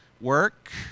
work